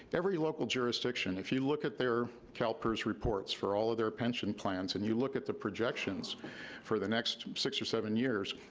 every local jurisdiction, if you look at their calpers reports for all of their pension plans and you look at the projections for the next six or seven years,